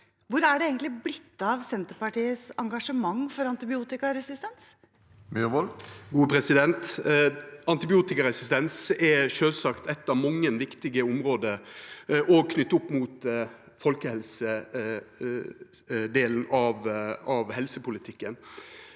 Hvor er det egentlig blitt av Senterpartiets engasjement for antibiotikaresistens? Hans Inge Myrvold (Sp) Antibiotikare- sistens er sjølvsagt eitt av mange viktige område, òg knytt opp mot folkehelsedelen av helsepolitikken,